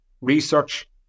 research